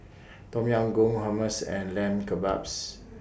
Tom Yam Goong Hummus and Lamb Kebabs